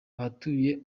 abatuye